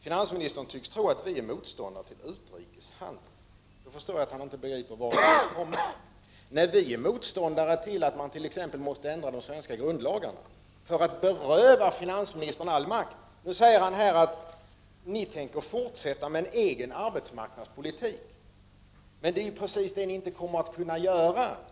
Finansministern tycks tro att miljöpartiet är motståndare till utrikeshandel. Då förstår jag att han inte begriper vad vi håller på med. Vi är däremot motståndare till att man måste ändra de svenska grundlagarna och på det sättet beröva finansministern all makt. Nu säger finansministern här att regeringen tänker fortsätta att driva sin egen arbetsmarknadspolitik. Men det är precis det som ni inte kommer att kunna göra.